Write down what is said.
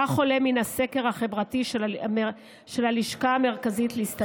כך עולה מהסקר החברתי של הלשכה המרכזית לסטטיסטיקה.